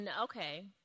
Okay